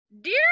Dear